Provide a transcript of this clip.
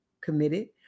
committed